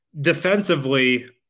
Defensively